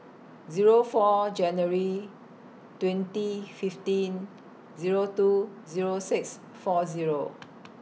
Zero four January twenty fifteen Zero two Zero six four Zero